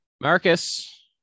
Marcus